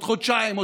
עוד חודשיים,